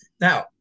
Now